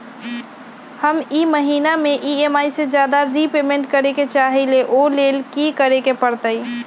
हम ई महिना में ई.एम.आई से ज्यादा रीपेमेंट करे के चाहईले ओ लेल की करे के परतई?